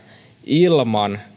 ilman